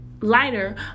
lighter